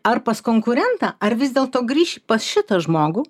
ar pas konkurentą ar vis dėlto grįši pas šitą žmogų